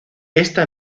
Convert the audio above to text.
ésta